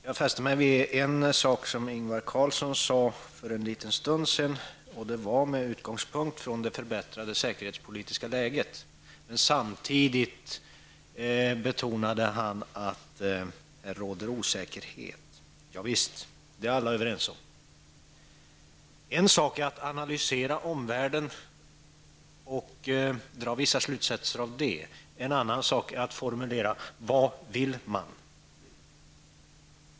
Jag fäste mig vid en sak som Ingvar Karlsson i Bengtsfors sade med utgångspunkt i det förbättrade säkerhetspolitiska läget. Men samtidigt betonade han att det råder osäkerhet. Javisst, det är alla överens om. En sak är att analysera omvärlden och dra vissa slutsatser av det. En annan sak är att formulera vad man vill.